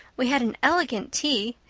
we had an elegant tea.